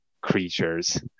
creatures